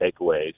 takeaways